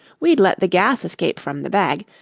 we'd let the gas escape from the bag,